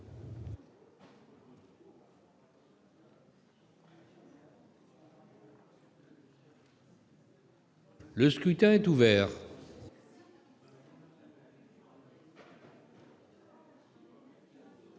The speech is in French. Le scrutin est ouvert.